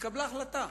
נתקבלה החלטה,